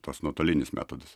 tos nuotolinius metodus